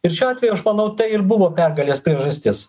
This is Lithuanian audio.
ir šiuo atveju aš manau tai ir buvo pergalės priežastis